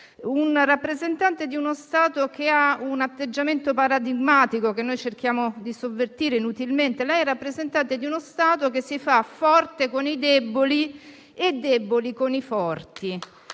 un rappresentante di uno Stato che ha un atteggiamento paradigmatico, che noi cerchiamo di sovvertire inutilmente. Lei è rappresentante di uno Stato che si fa forte con i deboli e debole con i forti: